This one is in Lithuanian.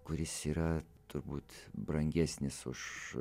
kuris yra turbūt brangesnis už